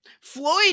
Floyd